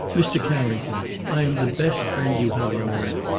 mr. carrington, i am the best friend you have on earth.